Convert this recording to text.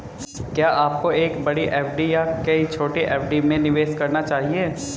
क्या आपको एक बड़ी एफ.डी या कई छोटी एफ.डी में निवेश करना चाहिए?